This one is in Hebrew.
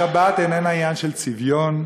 השבת איננה עניין של צביון,